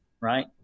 right